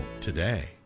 today